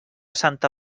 santa